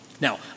Now